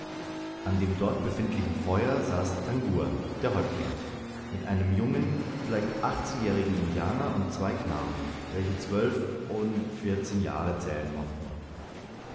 an dem dort befindlichen feuer saß tangua der häuptling mit einem jungen vielleicht achtzehnjährigen indianer und zwei knaben welche zwölf und vierzehn jahre zählen mochten